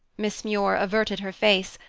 miss muir averted her face,